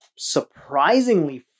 surprisingly